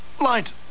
Light